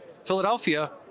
Philadelphia